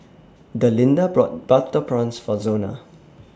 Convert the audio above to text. Delinda brought Butter Prawns For Zona